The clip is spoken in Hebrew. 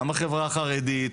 גם בחברה החרדית.